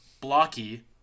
blocky